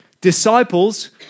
disciples